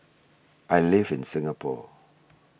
I live in Singapore